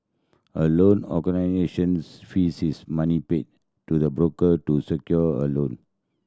a loan fees is money paid to the broker to secure a loan